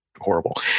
horrible